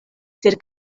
sed